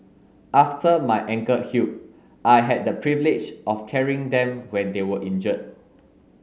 after my ankle healed I had the privilege of carrying them when they were injured